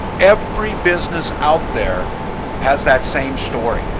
every business out there has that same story,